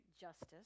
justice